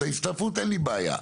את ההסתעפות אין לי בעיה.